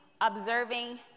observing